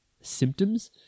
symptoms